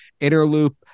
Interloop